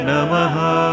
Namaha